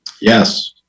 Yes